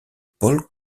paul